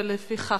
לפיכך,